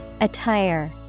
Attire